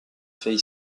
faits